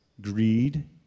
greed